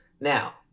Now